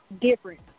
different